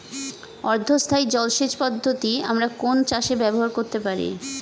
অর্ধ স্থায়ী জলসেচ পদ্ধতি আমরা কোন চাষে ব্যবহার করতে পারি?